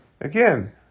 again